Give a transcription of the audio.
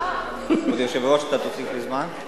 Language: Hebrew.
כבוד היושב-ראש, אתה תוסיף לי זמן?